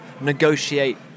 negotiate